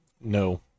No